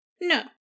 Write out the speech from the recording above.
No